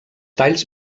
talls